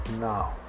now